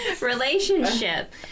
relationship